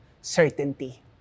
certainty